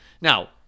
now